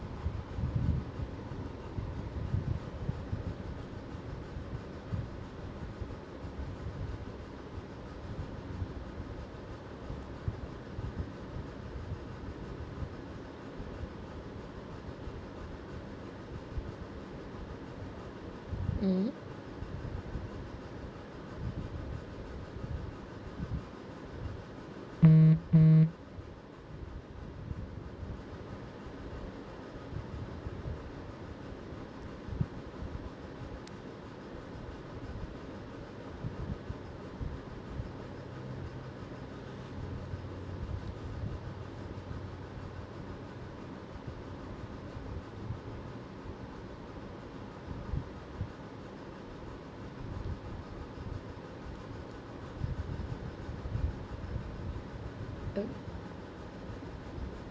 mmhmm